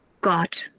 God